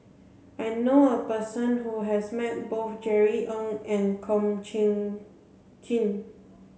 I know a person who has met both Jerry Ng and Kum Chee Kin